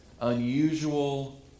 unusual